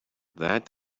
that